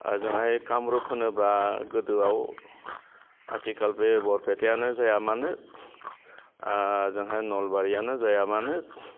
ओजोंहाय कामरुप होनोबा गोदोआव आथिखाल बे बरपेटायानो जाया मानो ओंजोंहाय नलबारियानो जाया मानो